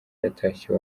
yatashye